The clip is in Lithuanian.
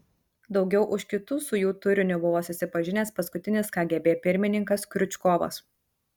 daugiau už kitus su jų turiniu buvo susipažinęs paskutinis kgb pirmininkas kriučkovas